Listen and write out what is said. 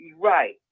right